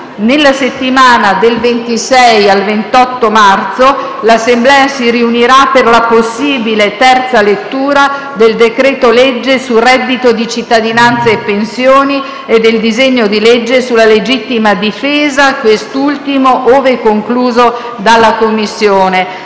Nella settimana dal 26 al 28 marzo l'Assemblea si riunirà per la possibile terza lettura del decreto-legge su reddito di cittadinanza e pensioni e del disegno di legge sulla legittima difesa, quest'ultimo ove concluso dalla Commissione.